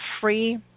free